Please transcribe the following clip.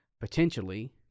potentially